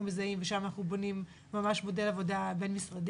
מזהים ושם אנחנו בונים ממש מודל עבודה בין-משרדי,